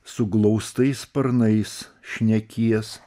suglaustais sparnais šnekies